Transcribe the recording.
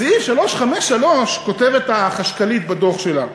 בסעיף 353 כותבת החשכ"לית בדוח שלה,